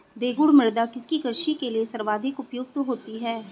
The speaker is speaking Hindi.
रेगुड़ मृदा किसकी कृषि के लिए सर्वाधिक उपयुक्त होती है?